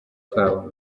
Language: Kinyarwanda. kabo